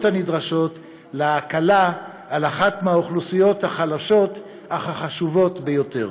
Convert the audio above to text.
הנדרשות להקלה על אחת מהאוכלוסיות החלשות אך החשובות ביותר.